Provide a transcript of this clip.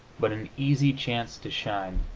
but an easy chance to shine.